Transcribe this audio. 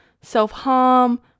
self-harm